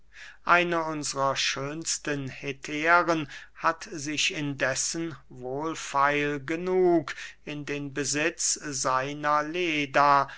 eine unsrer schönsten hetären hat sich indessen wohlfeil genug in den besitz seiner leda